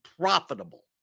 profitable